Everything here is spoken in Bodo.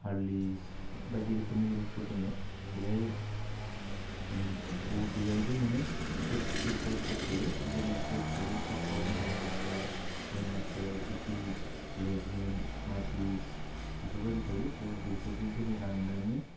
हारलिस बायदि रोखोमनि हिर'सफोर दोङो बेहाय खन बुहुत बेहायबो मानि step step by step by थायो जेरै स्टेप थायो फार्स्टआवनो थायो master grandmaster epic legend mythics बेफोरबायदि थायो थह बेफोरखौ गेलेनानैनि